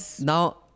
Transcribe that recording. Now